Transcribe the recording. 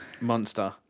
Monster